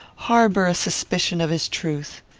harbour a suspicion of his truth.